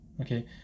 okay